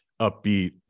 upbeat